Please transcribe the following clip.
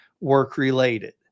work-related